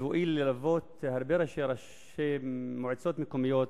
בבואי ללוות הרבה ראשי מועצות מקומיות,